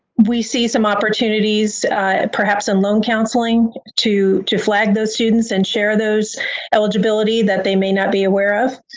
we see some opportunities perhaps in loan counseling to to flag those students and share those eligibility that they may not be aware of.